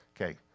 Okay